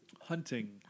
Hunting